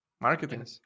marketing